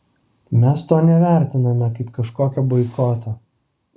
mes to nevertiname kaip kažkokio boikoto